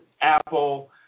Apple